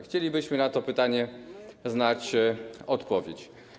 Chcielibyśmy na to pytanie znać odpowiedź.